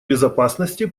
безопасности